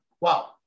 Wow